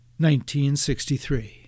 1963